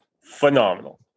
Phenomenal